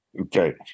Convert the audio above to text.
Okay